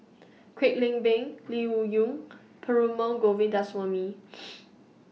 Kwek Leng Beng Lee Wung Yew Perumal Govindaswamy